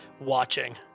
watching